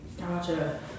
Gotcha